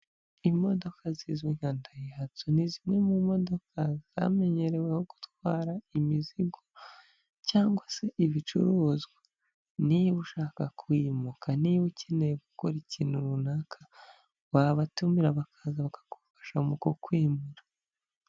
Imodoka zizwi nka Daihatsu, ni zimwe mu modoka zamenyereweho gutwara imizigo, cyangwa se ibicuruzwa, niba ushaka kwimuka, niba ukeneye gukora ikintu runaka, wabatumira bakaza bakagufasha mu kukwimura.